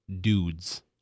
dudes